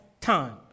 time